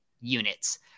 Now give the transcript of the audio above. units